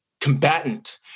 combatant